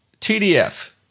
TDF